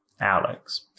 Alex